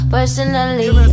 Personally